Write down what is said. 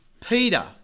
Peter